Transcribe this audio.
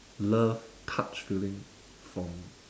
love touch feeling from